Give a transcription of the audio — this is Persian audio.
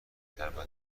متنوعتر